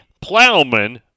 Plowman